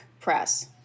press